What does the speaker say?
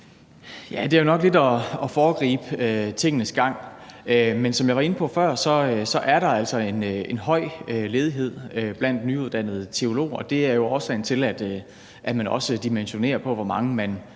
Det er jo nok lidt at foregribe tingenes gang. Men som jeg var inde på før, er der altså en høj ledighed blandt nyuddannede teologer, og det er jo årsagen til, at man også dimensionerer på, hvor mange man